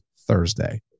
Thursday